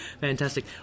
Fantastic